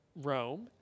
Rome